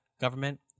government